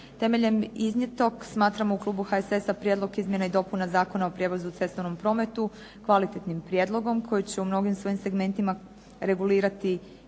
Temeljem iznijetog smatramo u klubu HSS-a Prijedlog izmjena i dopuna Zakona o prijevozu u cestovnom prometu kvalitetnim prijedlogom koji će u mnogim svojim segmentima regulirati također